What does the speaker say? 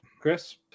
Chris